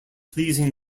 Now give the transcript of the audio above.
pleasing